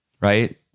right